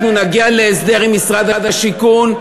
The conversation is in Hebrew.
אנחנו נגיע להסדר טוב עם משרד השיכון,